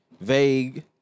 vague